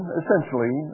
essentially